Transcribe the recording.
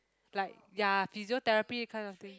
like ya physiotherapy kind of thing